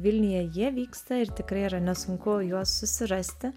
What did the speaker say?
vilniuje jie vyksta ir tikrai yra nesunku juos susirasti